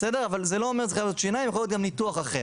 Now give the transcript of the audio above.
אבל זה לא אומר רק שיניים יכול להיות גם ניתוח אחר.